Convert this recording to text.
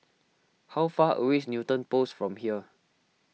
how far away is Newton Post from here